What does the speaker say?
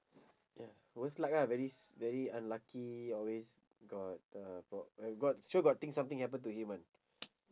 ya worst luck lah very very unlucky always got uh got uh got sure got thing something happen to him [one]